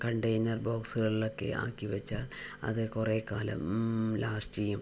container ബോക്സുകളിൽ ഒക്കെ ആക്കി വെച്ച് അത് കുറേ കാലം ലാസ്റ്റ് ചെയ്യും